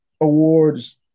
Awards